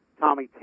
Tommy